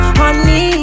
honey